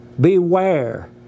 beware